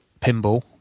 pinball